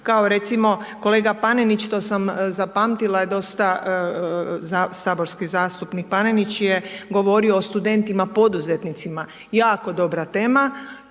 Kao recimo, kolega Panenić, saborski zastupnik Paninić je govorio o studentima poduzetnicima, jako dobra tema.